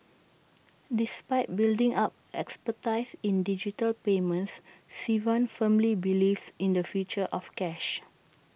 despite building up expertise in digital payments Sivan firmly believes in the future of cash